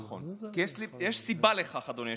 נכון, ויש סיבה לכך, אדוני היושב-ראש: